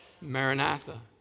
Maranatha